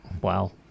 wow